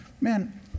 man